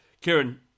Kieran